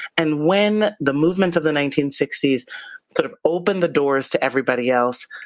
and when the movement of the nineteen sixty s sort of opened the doors to everybody else,